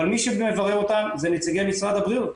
אבל מי שמברר אותם זה נציגי משרד הבריאות.